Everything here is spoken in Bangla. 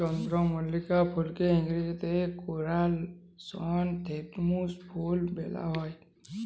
চলদরমল্লিকা ফুলকে ইংরাজিতে কেরাসনেথেমুম ফুল ব্যলা হ্যয়